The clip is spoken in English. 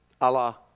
Allah